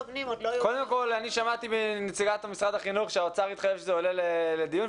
קודם כל אני שמעתי מנציגת משרד החינוך שהאוצר התחייב שזה עולה לדיון,